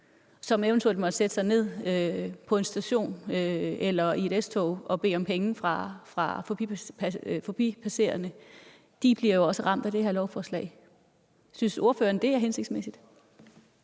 som eventuelt måtte sætte sig ned på en station eller i et S-tog og bede om penge fra forbipasserende eller passagerer, bliver også ramt af det her lovforslag. Synes ordføreren, det er hensigtsmæssigt?